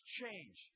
change